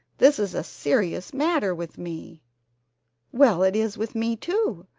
this is a serious matter with me well, it is with me, too,